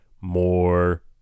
more